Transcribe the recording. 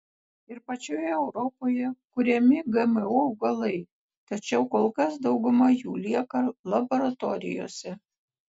ir pačioje europoje kuriami gmo augalai tačiau kol kas dauguma jų lieka laboratorijose